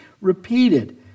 repeated